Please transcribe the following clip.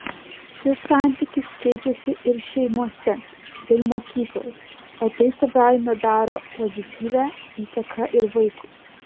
šis santykis keičiasi ir šeimose ir mokykloje o tai savaime daro pozityvią įtaką ir vaikui